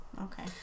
okay